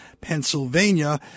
Pennsylvania